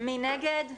מי נגד?